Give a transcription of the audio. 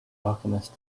alchemist